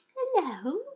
hello